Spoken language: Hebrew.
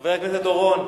חבר הכנסת אורון,